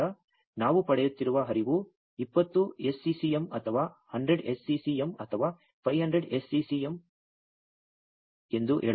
ಆದ್ದರಿಂದ ನಾವು ಪಡೆಯುತ್ತಿರುವ ಹರಿವು 20 SCCM ಅಥವಾ 100 SCCM ಅಥವಾ 500 SCCM ಎಂದು ಹೇಳಬಹುದು